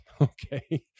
Okay